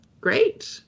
great